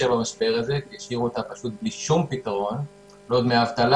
במשבר הזה כי השאירו אותה פשוט בלי שום פתרון: לא דמי אבטלה,